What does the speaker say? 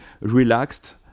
relaxed